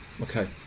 Okay